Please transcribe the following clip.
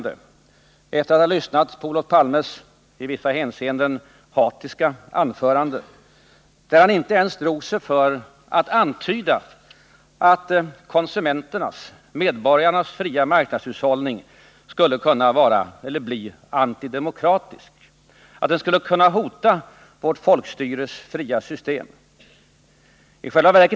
Efter att ha lyssnat på Olof Palmes i vissa avseenden hatiska anförande, där han inte ens drog sig för att antyda att konsumenternas — medborgarnas — fria marknadshushållning skulle kunna bli antidemokratisk, att den skulle kunna hota vårt folkstyres fria system, vill jag säga följande.